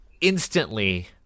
instantly